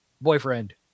boyfriend